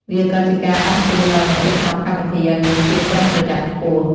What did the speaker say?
វាក៏ជាការដាស់តឿនដល់អ្នករៀបចំកម្មវិធីឲ្យមានភាពប្រុងប្រយ័ត្នខ្ពស់។